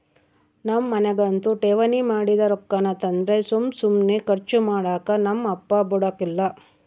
ನಮ್ ಮನ್ಯಾಗಂತೂ ಠೇವಣಿ ಮಾಡಿದ್ ರೊಕ್ಕಾನ ತಂದ್ರ ಸುಮ್ ಸುಮ್ನೆ ಕರ್ಚು ಮಾಡಾಕ ನಮ್ ಅಪ್ಪ ಬುಡಕಲ್ಲ